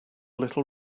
little